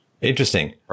interesting